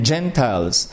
Gentiles